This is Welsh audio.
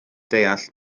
deall